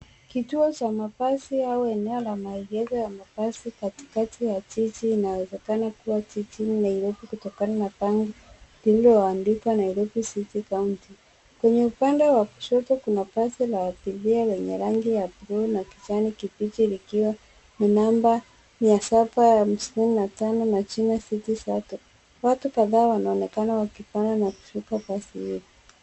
Kituo cha mabasi au eneo la maegesho ya mabasi katikati ya jiji linawezekana kuwa jijini Nairobi kutokana na bango lililoandikwa Nairobi City County . Kwenye upande wa kushoto kuna basi la abiria lenye rangi ya blue na kijani kibichi, likiwa na namba mia saba hamsini na tano na jina City Sacco . Watu kadhaa wanaonekana wakipanda na kushuka basi hilo.